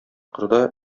кырда